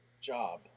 job